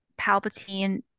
palpatine